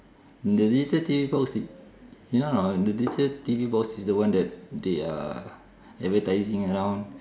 the digital T_V box no no the digital T_V box is the one that they are advertising around